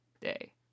Day